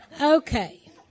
Okay